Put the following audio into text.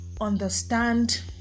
understand